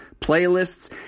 playlists